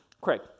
Craig